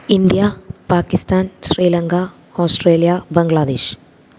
India Pakistan Sri Lanka Australia Bangladesh